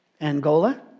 Angola